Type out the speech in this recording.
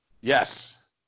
Yes